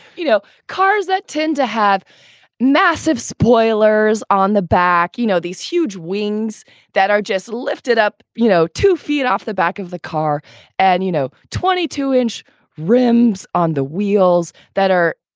you know, cars that tend to have massive spoilers on the back you know, these huge wings that are just lifted up, you know, to feed off the back of the car and, you know, twenty two inch rims on the wheels that are,